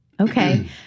Okay